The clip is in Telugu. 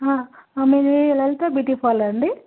మీది లలితా బ్యూటీ పార్లర్ అండి